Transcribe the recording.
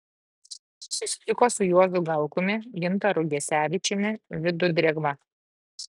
susitiko su juozu galkumi gintaru gesevičiumi vidu drėgva